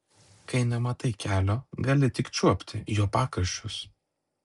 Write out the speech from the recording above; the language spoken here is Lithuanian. kai nematai kelio gali tik čiuopti jo pakraščius